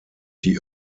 die